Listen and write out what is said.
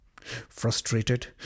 Frustrated